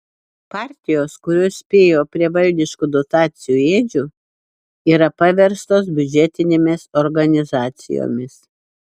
partijos kurios spėjo prie valdiškų dotacijų ėdžių yra paverstos biudžetinėmis organizacijomis